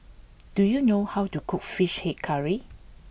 do you know how to cook Fish Head Curry